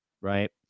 Right